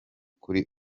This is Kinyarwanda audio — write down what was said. kuri